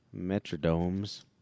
metrodomes